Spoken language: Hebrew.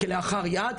כלאחר יד,